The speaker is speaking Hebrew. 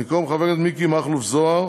במקום חבר הכנסת מכלוף מיקי זוהר